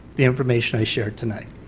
information i shared tonight.